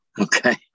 okay